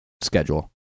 schedule